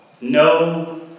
No